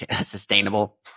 sustainable